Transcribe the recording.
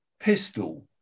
pistol